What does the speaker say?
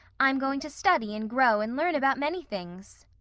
i'm going to study and grow and learn about many things.